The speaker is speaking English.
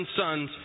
sons